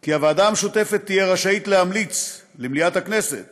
כי הוועדה המשותפת תהיה רשאית להמליץ למליאת הכנסת